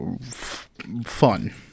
fun